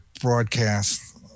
broadcast